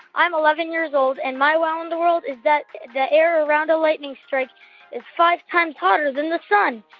i'm eleven years old. and my wow in the world is that the air around a lightning strike is five times hotter than the sun.